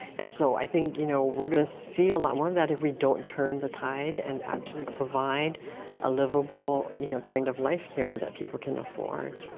and so i think you know we're going to see a lot of that if we don't turn the tide and actually provide a livable you know kind of life here that people can afford.